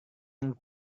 yang